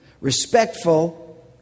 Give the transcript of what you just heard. Respectful